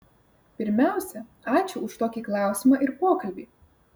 pirmiausia ačiū už tokį klausimą ir pokalbį